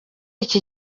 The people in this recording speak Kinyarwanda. iki